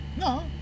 No